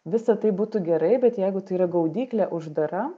visa tai būtų gerai bet jeigu tai yra gaudyklė uždara